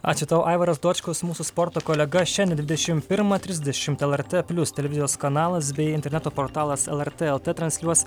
ačiū tau aivaras dočkus mūsų sporto kolega šiandien dvidešim pirmą trisdešimt lrt plius televizijos kanalas bei interneto portalas lrt lt transliuos